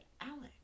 Alex